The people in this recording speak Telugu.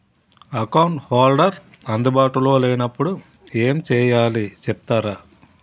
అకౌంట్ హోల్డర్ అందు బాటులో లే నప్పుడు ఎం చేయాలి చెప్తారా?